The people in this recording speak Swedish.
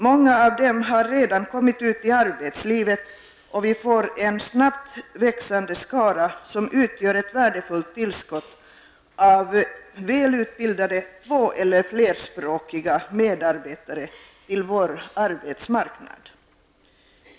Många av dem har redan kommit ut i arbetslivet, och vi får en snabbt växande skara som utgör ett värdefullt tillskott av välutbildade två eller flerspråkiga medarbetare till vår arbetsmarknad.